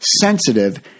sensitive